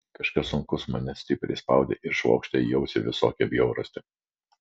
kažkas sunkus mane stipriai spaudė ir švokštė į ausį visokią bjaurastį